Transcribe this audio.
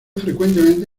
frecuentemente